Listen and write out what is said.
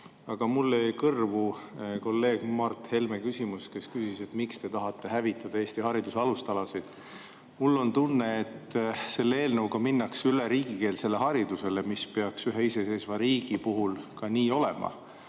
Aga mulle jäi kõrvu kolleeg Mart Helme küsimus. Ta küsis, miks te tahate hävitada Eesti hariduse alustalasid. Mul on tunne, et selle eelnõuga minnakse üle riigikeelsele haridusele, mis peaks ühe iseseisva riigi puhul ka nii olema.